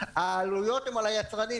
העלויות הן על היצרנים,